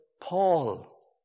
Paul